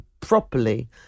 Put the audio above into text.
Properly